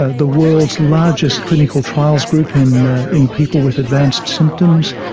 ah the world's largest clinical trials group in in people with advanced symptoms,